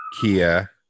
Kia